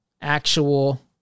actual